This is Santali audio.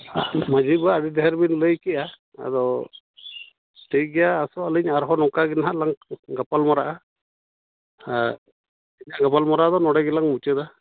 ᱢᱟᱺᱡᱷᱤ ᱵᱟᱵᱟ ᱟᱹᱰᱤ ᱰᱷᱮᱨᱵᱤᱱ ᱞᱟᱹᱭ ᱠᱮᱫᱼᱟ ᱟᱫᱚ ᱴᱷᱤᱠ ᱜᱮᱭᱟ ᱟᱥᱚᱜ ᱟᱹᱞᱤᱧ ᱟᱨᱦᱚᱸ ᱱᱚᱝᱠᱟ ᱜᱮᱱᱟᱦᱟᱜᱞᱟᱝ ᱜᱟᱯᱟᱞᱢᱟᱨᱟᱜᱼᱟ ᱜᱟᱯᱟᱞᱢᱟᱨᱟᱣ ᱫᱚ ᱱᱚᱸᱰᱮ ᱜᱮᱞᱟᱝ ᱢᱩᱪᱟᱹᱫᱟ